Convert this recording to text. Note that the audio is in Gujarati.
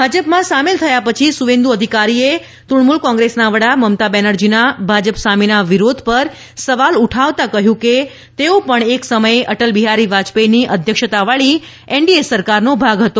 ભાજપમાં સામેલ થયા પછી સુવેન્દુ અધિકારી એ તૃણમૂલ કોંગ્રેસના વડા મમતા બેનર્જીના ભાજપ સામેના વિરોધ પર સવાલ ઉઠાવતા કહ્યું કે તેઓ પણ એક સમયે અટલ બિહારી વાજપેયીની અધ્યક્ષતાવાળી એનડીએ સરકારનો ભાગ હતા